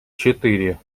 четыре